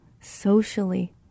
socially